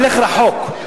נלך רחוק,